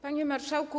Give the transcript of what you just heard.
Panie Marszałku!